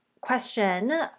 question